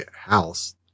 house